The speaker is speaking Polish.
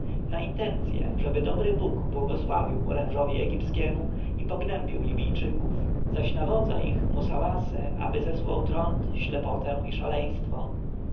na intencję żeby dobry bóg błogosławił orężowi egipskiemu i pognębił libijczyków zaś na wodza ich musawasę aby zesłał trąd ślepotę i szaleństwo